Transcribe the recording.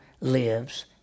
lives